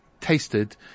tasted